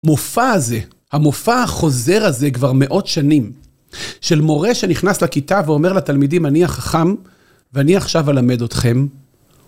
מופע הזה, המופע החוזר הזה, כבר מאות שנים, של מורה שנכנס לכיתה ואומר לתלמידים, אני החכם, ואני עכשיו אלמד אותכם.